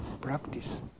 practice